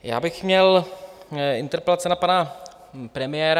Já bych měl interpelace na pana premiéra.